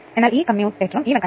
അതിനാൽ ഇത് 35